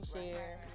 share